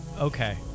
Okay